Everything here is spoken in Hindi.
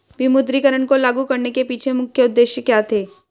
विमुद्रीकरण को लागू करने के पीछे मुख्य उद्देश्य क्या थे?